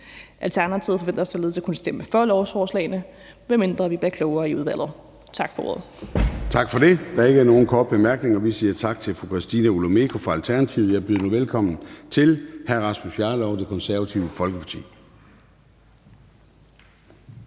Alternativet forventer således at kunne stemme for lovforslaget, medmindre vi bliver klogere i udvalget. Tak for ordet. Kl. 23:55 Formanden (Søren Gade): Tak for det. Der er ikke nogen korte bemærkninger. Vi siger tak til fru Christina Olumeko fra Alternativet. Jeg byder nu velkommen til hr. Rasmus Jarlov, Det Konservative Folkeparti.